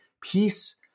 peace